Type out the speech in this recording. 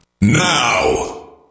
Now